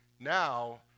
Now